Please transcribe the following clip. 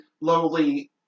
lowly